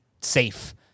safe